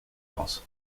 aus